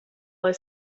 lai